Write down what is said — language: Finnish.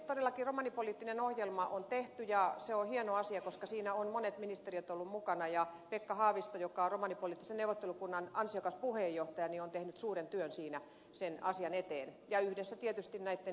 todellakin romanipoliittinen ohjelma on tehty ja se on hieno asia koska siinä ovat monet ministeriöt olleet mukana ja pekka haavisto joka on romanipoliittisen neuvottelukunnan ansiokas puheenjohtaja on tehnyt siinä suuren työn sen asian eteen tietysti yhdessä näitten ministeriöitten kanssa